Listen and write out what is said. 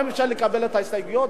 אפשר לקבל את ההסתייגויות.